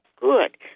good